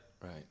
right